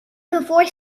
before